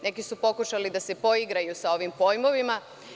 Neki su pokušali da se poigraju sa ovim pojmovima.